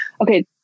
okay